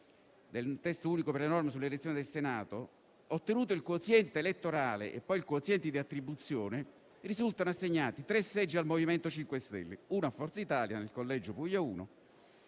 del Testo unico delle norme per l'elezione del Senato della Repubblica, ottenuto il quoziente elettorale e poi il quoziente di attribuzione, risultano assegnati tre seggi al MoVimento 5 Stelle, uno a Forza Italia, nel collegio Puglia 1